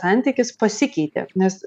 santykis pasikeitė nes